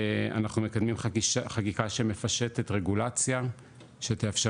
אנחנו מקדמים חקיקה שמפשטת רגולציה שתאפשר